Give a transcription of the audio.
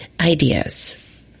ideas